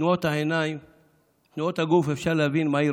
בתנועות העיניים,